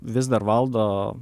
vis dar valdo